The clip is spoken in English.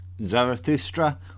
Zarathustra